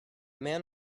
man